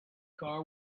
car